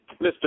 Mr